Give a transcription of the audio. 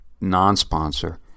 non-sponsor